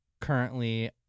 currently